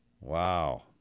Wow